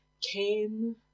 came